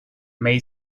may